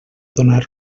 donar